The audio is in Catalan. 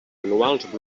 anuals